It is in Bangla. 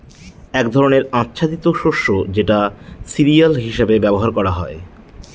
এক ধরনের আচ্ছাদিত শস্য যেটা সিরিয়াল হিসেবে ব্যবহার করা হয়